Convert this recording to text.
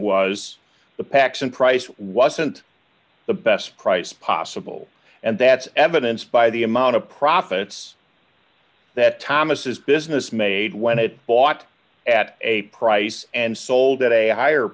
was the paxson price wasn't the best price possible and that's evidenced by the amount of profits that thomas business made when it bought at a price and sold at a higher